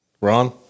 Ron